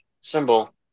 symbol